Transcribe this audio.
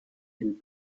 and